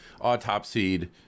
autopsied